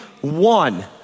one